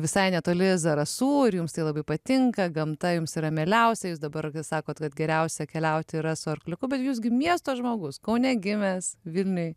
visai netoli zarasų ir jums tai labai patinka gamta jums yra mieliausia jūs dabar sakot kad geriausia keliauti yra su arkliuku bet jūs gi miesto žmogus kaune gimęs vilniuj